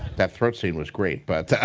that throat scene was great, but